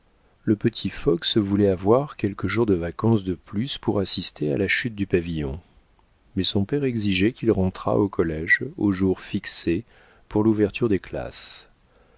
le petit fox voulait avoir quelques jours de vacances de plus pour assister à la chute du pavillon mais son père exigeait qu'il rentrât au collége au jour fixé pour l'ouverture des classes